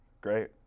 great